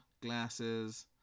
glasses